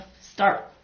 start